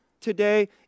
today